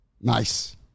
Nice